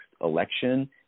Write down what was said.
election